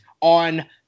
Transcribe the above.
on